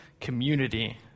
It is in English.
community